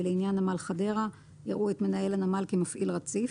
ולעניין נמל חדרה יראו את מנהל הנמל כמפעיל רציף,